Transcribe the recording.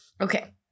Okay